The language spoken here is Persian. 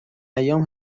ایام